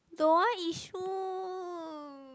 don't want issue